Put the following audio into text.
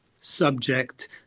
subject